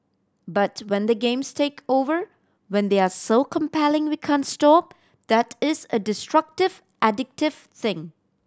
but when the games take over when they are so compelling we can't stop that is a destructive addictive thing